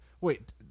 Wait